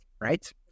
right